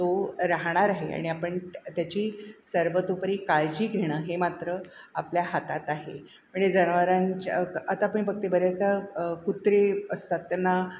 तो राहणार आहे आणि आपण त्याची सर्वतोपरी काळजी घेणं हे मात्र आपल्या हातात आहे म्हणजे जनवरांच्या आता आपण बघते बऱ्याचदा कुत्रे असतात त्यांना